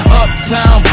uptown